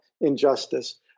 injustice